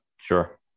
Sure